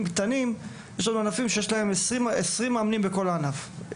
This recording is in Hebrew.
הקטנים; יש לנו ענפים שלהם יש 20 מאמנים בכל הענף,